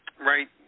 Right